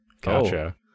Gotcha